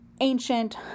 ancient